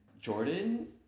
Jordan